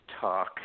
talk